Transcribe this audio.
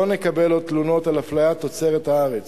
לא נקבל עוד תלונות על אפליית תוצרת הארץ,